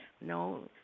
No